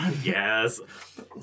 Yes